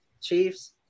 Chiefs